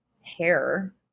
hair